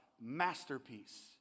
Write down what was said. masterpiece